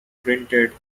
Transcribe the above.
printed